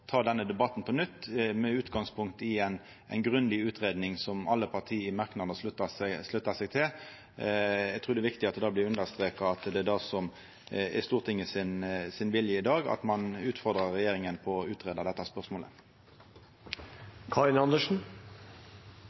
ta denne debatten på nytt, med utgangspunkt i ei grundig utgreiing som alle partia sluttar seg til i merknadene. Eg trur det er viktig at det blir understreka at det som er Stortingets vilje i dag, er at ein utfordrar regjeringa til å greia ut dette